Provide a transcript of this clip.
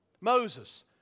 Moses